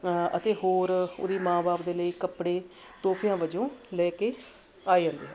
ਅਤੇ ਹੋਰ ਉਹਦੀ ਮਾਂ ਬਾਪ ਦੇ ਲਈ ਕੱਪੜੇ ਤੋਹਫਿਆਂ ਵਜੋਂ ਲੈ ਕੇ ਆ ਜਾਂਦੇ ਹਨ